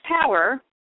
power